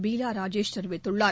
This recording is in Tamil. பீலா ராஜேஷ் தெரிவித்துள்ளார்